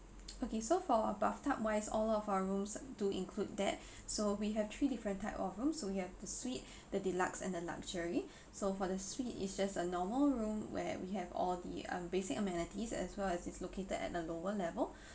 okay so for bathtub wise all of our rooms do include that so we have three different type of room so we have the suite the deluxe and the luxury so for the suite it's just a normal room where we have all the um basic amenities as well as it's located at a lower level